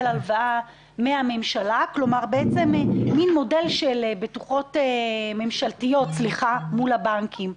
כלומר מין מודל של בטוחות ממשלתיות מול הבנקים.